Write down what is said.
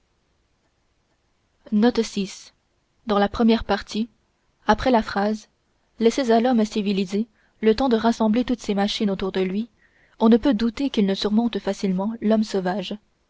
laissez à l'homme civilisé le temps de rassembler toutes ses machines autour de lui on ne peut douter qu'il ne surmonte facilement l'homme sauvage